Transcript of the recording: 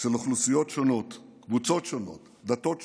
של אוכלוסיות שונות, קבוצות שונות, דתות שונות: